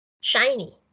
shiny